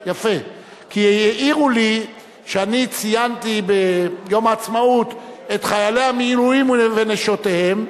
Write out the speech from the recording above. כי העירו לי שאני ציינתי ביום העצמאות את חיילי המילואים ונשותיהם.